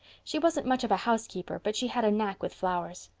she wasn't much of a housekeeper but she had a knack with flowers.